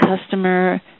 customer